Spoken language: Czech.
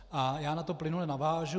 A na to plynule navážu.